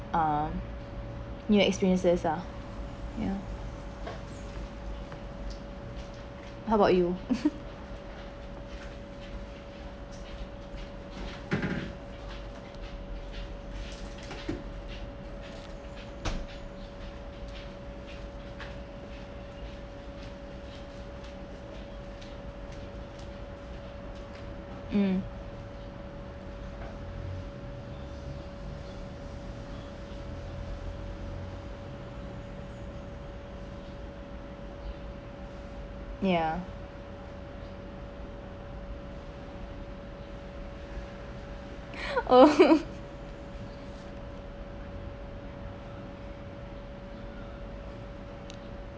uh new experiences ah ya how about you um ya oh